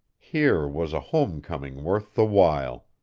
here was a home-coming worth the while.